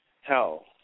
Hell